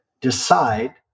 decide